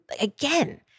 again